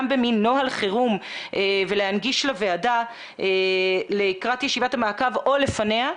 בנוהל חירום ולהנגיש לוועדה לקראת ישיבת המעקב או לפניה.